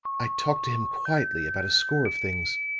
i talked to him quietly about a score of things